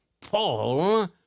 Paul